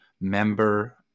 member